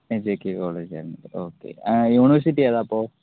A J K college ആയിരുന്നു ഒക്കെ university ഏതാണ് അപ്പോൾ